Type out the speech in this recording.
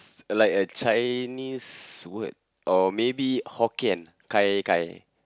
like a Chinese word or maybe Hokkien gai-gai